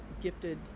gifted